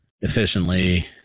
efficiently